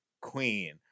queen